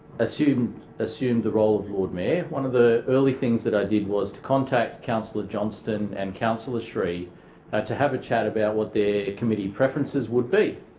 assumed assumed the role of lord mayor one of the early things that i did was to contact councillor johnston and councillor sri ah to have a chat about what their committee preferences would be,